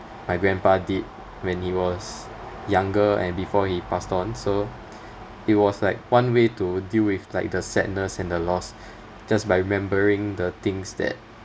my grandpa did when he was younger and before he passed on so it was like one way to deal with like the sadness and the loss just by remembering the things that